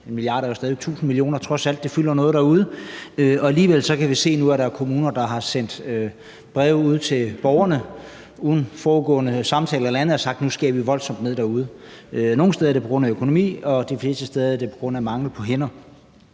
1 mia. kr. er trods alt stadig 1.000 mio. kr., så det fylder noget derude. Og alligevel kan vi nu se, at der er kommuner, der har sendt breve ud til borgerne uden forudgående samtaler eller andet om, at nu skærer man voldsomt ned derude. Nogle steder er det på grund af økonomi, og de fleste steder er det på grund af mangel på hænder.